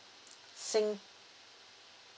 sing